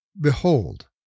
Behold